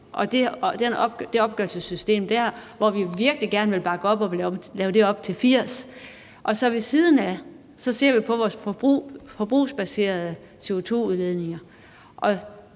og det opgørelsessystem dér, men hvor vi virkelig gerne vil bakke op om at lave det om til 80 pct. Ved siden af det ser vi så på vores forbrugsbaserede CO2-udledninger,